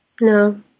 No